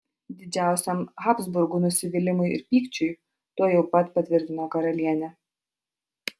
didžiausiam habsburgų nusivylimui ir pykčiui tuojau pat patvirtino karalienė